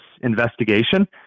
investigation